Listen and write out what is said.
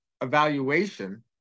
evaluation